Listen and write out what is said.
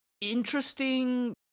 interesting